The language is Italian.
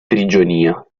prigionia